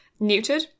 neutered